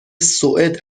سوئد